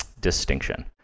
distinction